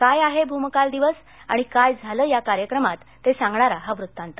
काय आहे भूमकाल दिवस आणि काय झालं या कार्यक्रमात हे सांगणारा हा वत्तांत